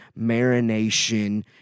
marination